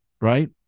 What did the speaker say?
right